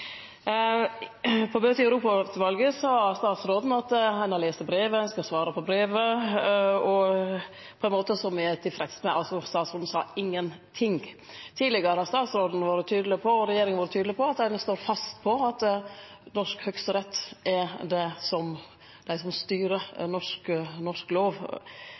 På møte i Europautvalet sa statsråden at ein har lese brevet, ein skal svare på brevet – på ein måte som ein er tilfreds med – altså sa statsråden ingen ting. Tidlegare har statsråden og regjeringa vore tydelege på at ein står fast ved at det er norsk Høgsterett som styrer norsk lov.